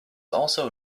also